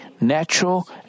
natural